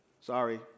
Sorry